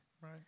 right